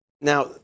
Now